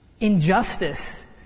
Injustice